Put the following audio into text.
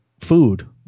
food